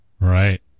Right